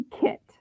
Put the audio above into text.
kit